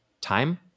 Time